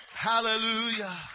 Hallelujah